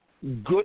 good